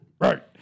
Right